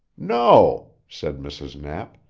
no, said mrs. knapp.